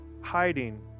hiding